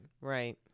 Right